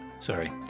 sorry